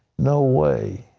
no way.